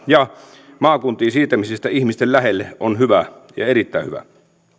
ja maakuntiin siirtämisestä ihmisten lähelle on hyvä erittäin hyvä